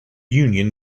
union